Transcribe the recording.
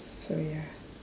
so ya